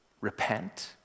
Repent